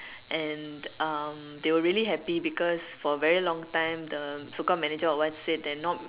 and um they were really happy because for a really long time the so called manager of what said that not